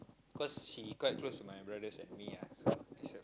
cause she quite close to my brothers and me ah